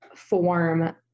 form